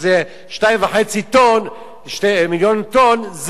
שזה 2.5 מיליון טון,